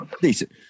Decent